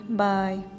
bye